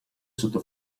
sotto